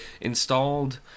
installed